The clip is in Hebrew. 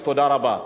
אז תודה רבה.